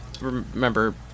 remember